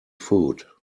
food